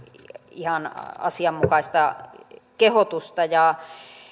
ihan asianmukaista kehotusta ja